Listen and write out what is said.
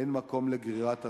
אין מקום לגרירת רגליים.